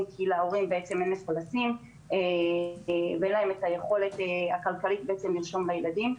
כי להורים לא הייתה את היכולת הכלכלית לרשום את הילדים.